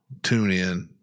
TuneIn